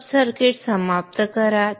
सब circuits समाप्त करा